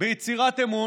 ביצירת אמון,